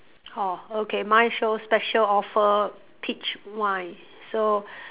orh okay mine shows special offer peach wine so